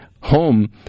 home